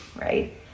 right